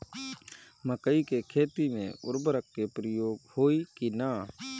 मकई के खेती में उर्वरक के प्रयोग होई की ना?